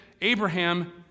Abraham